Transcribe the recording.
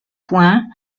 points